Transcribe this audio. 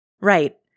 right